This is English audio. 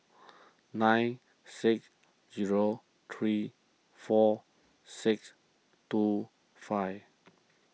nine six zero three four six two five